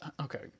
okay